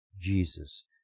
Jesus